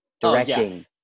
directing